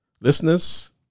Listeners